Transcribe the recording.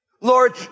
Lord